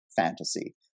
fantasy